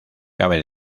cabe